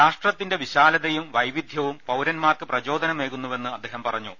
രാഷ്ട്രത്തിന്റെ വിശാലതയും വൈവിധ്യവും പൌരന്മാർക്ക് പ്രചോദനമേകുന്നുവെന്ന് അദ്ദേഹം പറഞ്ഞു